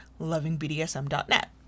LovingBDSM.net